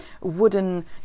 wooden